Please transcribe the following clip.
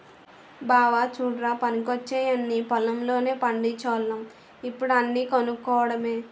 బావా చుడ్రా పనికొచ్చేయన్నీ పొలం లోనే పండిచోల్లం ఇప్పుడు అన్నీ కొనుక్కోడమే